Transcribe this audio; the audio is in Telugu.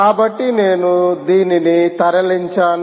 కాబట్టి నేను దీనిని తరలించాను